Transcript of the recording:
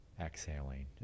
Exhaling